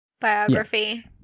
biography